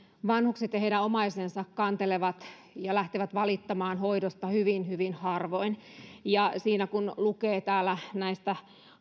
vanhukset ja heidän omaisensa kantelevat ja lähtevät valittamaan hoidosta hyvin hyvin harvoin kun lukee täällä näistä